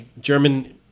german